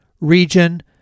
region